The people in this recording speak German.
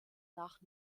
nach